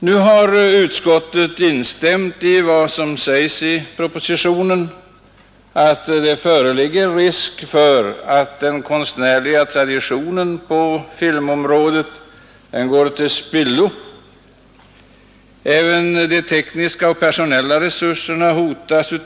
Nu har utskottet instämt i vad som uttalas i propositionen, att det finns risk för att en betydande konstnärlig tradition på filmområdet går till spillo liksom för att tekniska och personella resurser skingras.